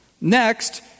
Next